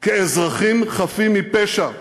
כאל אזרחים חפים מפשע.